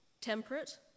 temperate